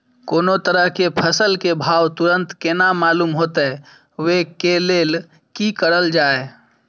कोनो तरह के फसल के भाव तुरंत केना मालूम होते, वे के लेल की करल जाय?